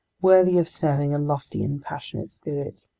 worthy of serving a lofty and passionate spirit.